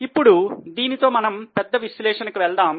ఇప్పుడు దీనితో మనము పెద్ద విశ్లేషణకు వెళ్దాం